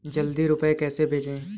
जल्दी रूपए कैसे भेजें?